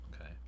okay